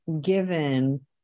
given